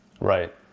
Right